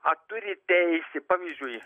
ar turi teisę pavyzdžiui